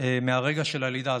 שבועות מהרגע של הלידה.